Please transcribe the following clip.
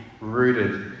rooted